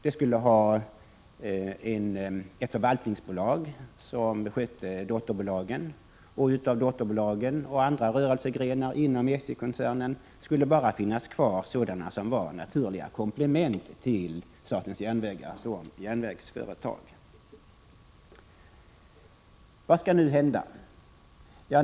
Det skulle ha ett förvaltningsbolag som skötte dotterbolagen, och av dotterbolagen och andra 65 rörelsegrenar inom SJ-koncernen skulle bara finnas kvar sådana som var naturliga komplement till statens järnvägar som järnvägsföretag. Vad skall nu hända?